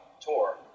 tour